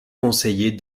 conseiller